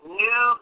new